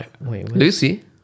Lucy